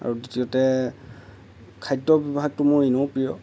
আৰু দ্বিতীয়তে খাদ্য বিভাগটো মোৰ এনেও প্ৰিয়